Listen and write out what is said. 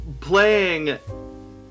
Playing